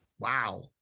wow